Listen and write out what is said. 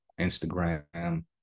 Instagram